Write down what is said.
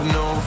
no